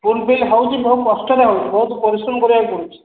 ଫୁଲ୍ pay' ହେଉଛି ବହୁତ କଷ୍ଟରେ ହଉଛି ବହୁତ ପରିଶ୍ରମ କରିବାକୁ ପଡୁଛି